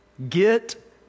Get